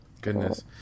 Goodness